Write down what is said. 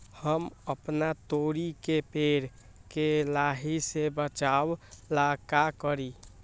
हम अपना तोरी के पेड़ के लाही से बचाव ला का करी?